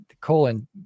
colon